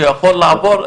שיכול לעבור,